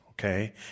okay